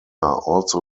also